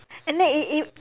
and then it it